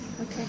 Okay